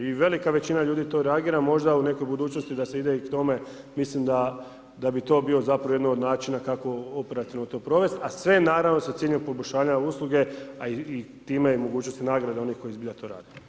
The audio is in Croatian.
I velika većina ljudi to reagira, možda u nekoj budućnosti da se ide k tome, mislim da bi to bio zapravo jedan od načina kako operativno to provesti, a sve naravno sa ciljem poboljšavanja usluge a i time mogućnosti nagrade onih koji zbilja to rade.